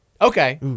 Okay